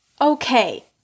Okay